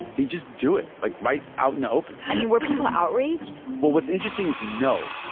he'd just do it, like, right out in the open i mean, were people outraged? well, what's interesting is no.